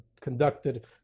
conducted